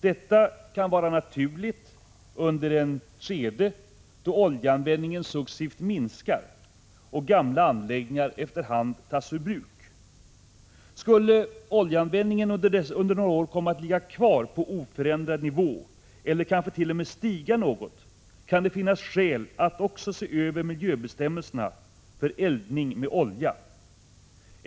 Detta har varit naturligt under ett skede då oljeanvändningen successivt minskat och gamla anläggningar efter hand tagits ur bruk. Skulle oljeanvändningen under några år komma att ligga kvar på oförändrad nivå eller kanske t.o.m. stiga något, kan det emellertid finnas skäl att se över miljöbestämmelserna i fråga om eldning med olja.